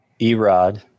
Erod